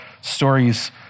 stories